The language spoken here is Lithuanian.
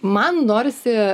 man norisi